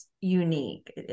unique